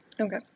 Okay